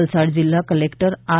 વલસાડ જિલ્લા collector R